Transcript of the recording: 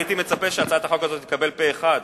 הייתי מצפה שהצעת החוק הזאת תתקבל פה אחד,